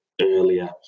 earlier